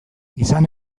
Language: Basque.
izan